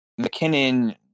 McKinnon